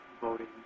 Voting